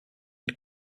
had